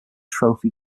trophy